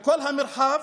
בכל המרחב,